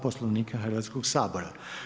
Poslovnika Hrvatskog sabora.